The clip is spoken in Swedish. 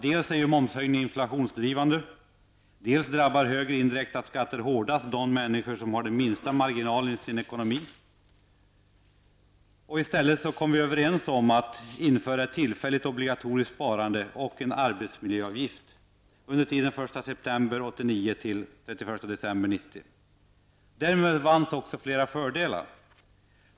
Dels är en momshöjning inflationsdrivande, dels drabbar högre indirekta skatter hårdast de människor som har de minsta marginalerna i sin ekonomi. I stället kom vi överens om att införa ett tillfälligt obligatoriskt sparande och en arbetsmiljöavgift under tiden 1 september 1989--31 december 1990. Därmed vanns också flera fördelar.